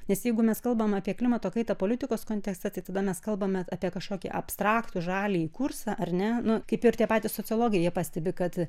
nes jeigu mes kalbam apie klimato kaitą politikos kontekste tai tada mes kalbame apie kažkokį abstraktų žaliąjį kursą ar ne nu kaip ir tie patys sociologai jie pastebi kad